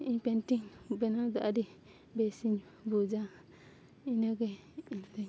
ᱤᱧ ᱯᱮᱱᱴᱤᱝ ᱵᱮᱱᱟᱣ ᱫᱚ ᱟᱹᱰᱤ ᱵᱮᱥᱤᱧ ᱵᱩᱡᱟ ᱤᱱᱟᱹᱜᱮ ᱤᱧ ᱫᱩᱧ